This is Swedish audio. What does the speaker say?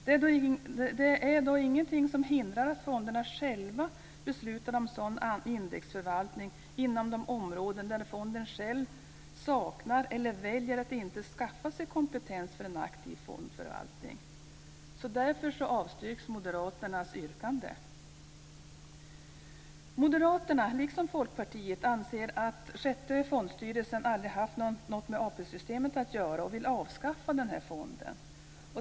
Det är dock inget som hindrar att fonderna själva beslutar om sådan indexförvaltning inom de områden där fonden saknar eller väljer att inte skaffa sig kompetens för en aktiv fondförvaltning. Därför avstyrks moderaternas yrkande. Moderaterna liksom Folkpartiet anför att sjätte fondstyrelsen aldrig haft något med ATP-systemet att göra och vill avskaffa denna fond.